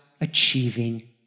achieving